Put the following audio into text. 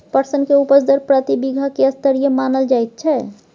पटसन के उपज दर प्रति बीघा की स्तरीय मानल जायत छै?